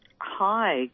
Hi